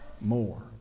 more